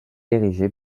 érigé